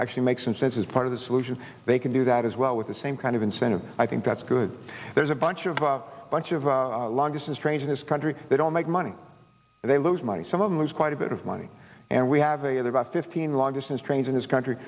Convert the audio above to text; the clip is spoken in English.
actually makes some sense as part of the solution they can do that as well with the same kind of incentive i think that's good there's a bunch of a bunch of long distance trains in this country they don't make money they lose money some of them lose quite a bit of money and we have a about fifteen long distance trains in this country